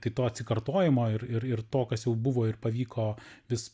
tai to atsikartojimo ir ir ir to kas jau buvo ir pavyko vis